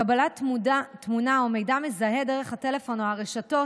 קבלת תמונה או מידע מזהה דרך הטלפון או הרשתות